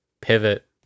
pivot